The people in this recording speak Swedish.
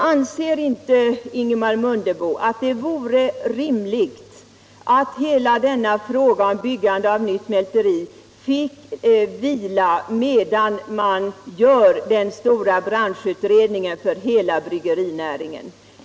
Anser inte Ingemar Mundebo att det vore rimligt att hela denna fråga om byggande av ett nytt mälteri fick vila, medan man gör den stora branschutredningen för hela bryggerinäringen?